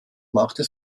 machte